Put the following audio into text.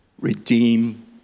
Redeem